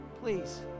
please